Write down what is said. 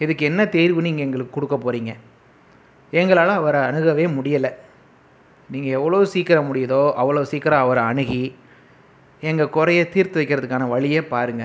இதுக்கு என்ன தீர்வு நீங்கள் எங்களுக்கு கொடுக்க போகறீங்க எங்களால் அவரை அணுகவே முடியல நீங்கள் எவ்வளோ சீக்கிரம் முடியுதோ அவ்வளோ சீக்கிரம் அவரை அணுகி எங்கள் குறையை தீர்த்து வைக்குறதுக்கான வழியை பாருங்கள்